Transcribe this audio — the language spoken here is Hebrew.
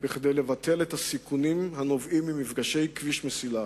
כדי לבטל את הסיכונים הנובעים ממפגשי כביש-מסילה.